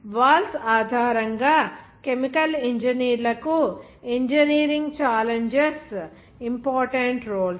walls ఆధారంగా chemical ఇంజనీర్లకు engineering challenges important roles